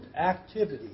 activity